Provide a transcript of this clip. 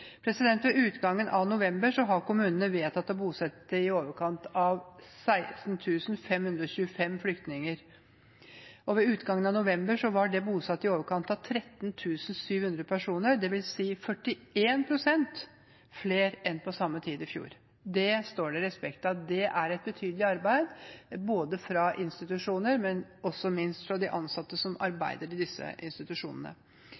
Ved utgangen av november hadde kommunene vedtatt å bosette i overkant av 16 525 flyktninger. Ved utgangen av november var det bosatt i overkant av 13 700 personer, det vil si 41 pst. flere enn på samme tid i fjor. Det står det respekt av. Det er et betydelig arbeid gjort av institusjoner og ikke minst de ansatte som